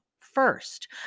first